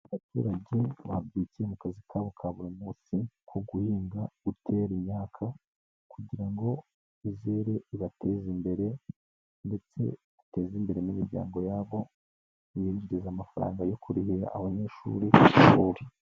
Abaturage babyukiye mu kazi kabo ka buri munsi nko guhinga, gutera imyaka, kugira ngo izere ibateze imbere ndetse iteze imbere n'imiryango yabo, ibinjirize amafaranga yo kurihira abanyeshurishuri.